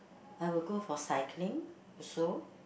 I will go for cycling also